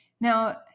Now